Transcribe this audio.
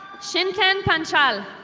shinten pachel.